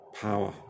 Power